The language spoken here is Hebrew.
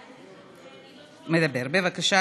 בבקשה,